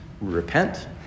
repent